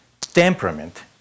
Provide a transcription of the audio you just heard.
temperament